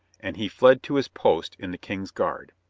and he fled to his post in the king's guard.